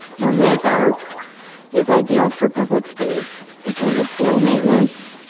mosaic art is ideal for public space because it's low maintenance,